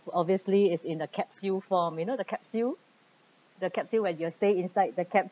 obviously it's in a capsule form you know the capsule the capsule where your stay inside the capsule